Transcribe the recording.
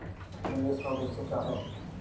निवेश का उद्देश्य क्या है?